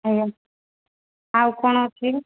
ଆଜ୍ଞା ଆଉ କ'ଣ ଅଛି